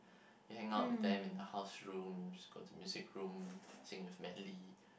you hang out with them in the house rooms go to music room sing with medley